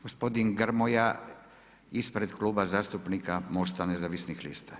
Gospodin Grmoja ispred Kluba zastupnika MOST-a nezavisnih lista.